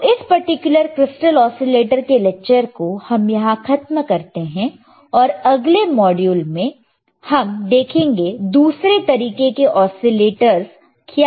तो इस particular crystal oscillator के लेक्चर को हम यहां खत्म करते हैं और अगले मॉड्यूल में हम देखेंगे दूसरे तरीके के ओसीलेटरस क्या है